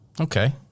Okay